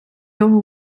його